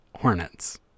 hornets